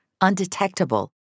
undetectable